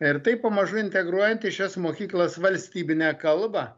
ir taip pamažu integruojant į šias mokyklas valstybinę kalbą